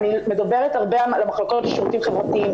אני מדברת הרבה על המחלקות של השירותים החברתיים,